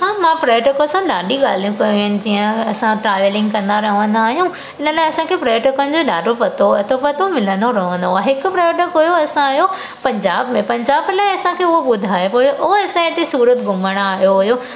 हां मां पर्यटक सां ॾाढी ॻाल्हियूं कयूं आहिनि जीअं असां ट्रावलिंग कंदा रहंदा आहियूं इन लाइ असांखे पर्यटकनि जो ॾाढो पतो अतो पतो मिलंदो रहंदो आहे हिकु पर्यटक हुयो असांजो पंजाब में पंजाब लाइ असांखे उहो ॿुधाए पियो उहो असांजे हिते सूरत घुमणु आयो हुयो